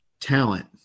talent